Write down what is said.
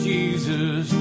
Jesus